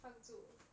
放住